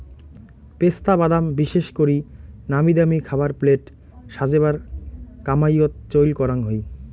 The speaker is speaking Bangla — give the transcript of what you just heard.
পেস্তা বাদাম বিশেষ করি নামিদামি খাবার প্লেট সাজেবার কামাইয়ত চইল করাং হই